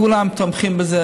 כולם תומכים בזה,